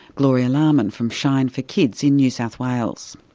gloria larman, from shine for kids in new south wales.